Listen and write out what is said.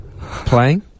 playing